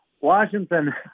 Washington